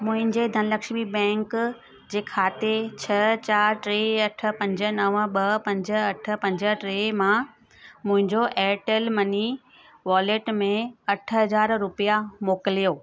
मुंहिंजे धनलक्ष्मी बैंक जे खाते छह चारि टे अठ पंज नव ॿ पंज अठ पंज टे मां मुंहिंजो एयरटेल मनी वॉलेट में अठ हज़ार रुपिया मोकिलियो